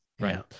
Right